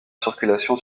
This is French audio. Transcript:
circulation